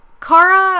Kara